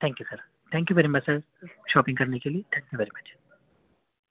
thank you sir thank you very much sir shopping کرنے کے لیے تھینکس ویری مچ